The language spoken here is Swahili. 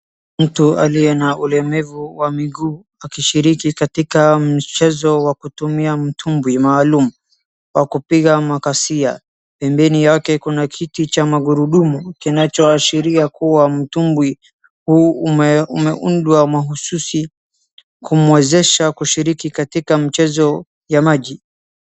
Mtu aliye na ulemevu wa miguu akishiriki katika mchezo wa kutumia mtumbwi maalum wakupiga makasia. Pembeni yake kuna kiti cha magurudumu kinachoashiria kuwa mtumbwi huu ume umeundwa mahususi kumwezesha kushiriki katika mchezo ya maji.